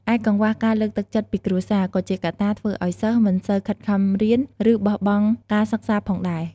ឯកង្វះការលើកទឹកចិត្តពីគ្រួសារ ក៏ជាកត្តាធ្វើឲ្យសិស្សមិនសូវខិតខំរៀន ឬបោះបង់ការសិក្សាផងដែរ។